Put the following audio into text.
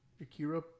Akira